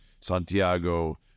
Santiago